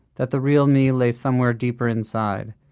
that the real me lay somewhere deeper inside,